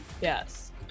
Yes